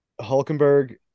Hulkenberg